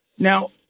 Now